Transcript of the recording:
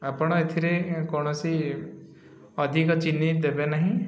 ଆପଣ ଏଥିରେ କୌଣସି ଅଧିକ ଚିନି ଦେବେ ନାହିଁ